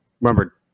remember